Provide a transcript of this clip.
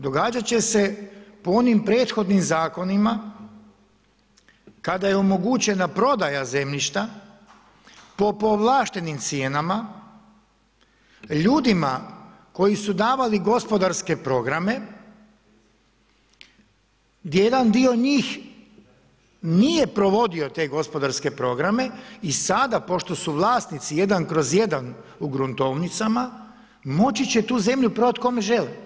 Događat će se po onim prethodnim zakonima kada je omogućena prodaja zemljišta po povlaštenim cijenama, ljudima koji su davali gospodarske programe gdje jedan dio njih nije provodio te gospodarske programe i sada pošto su vlasnici 1/1 u gruntovnicama moći će tu zemlju prodati kome žele.